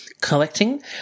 collecting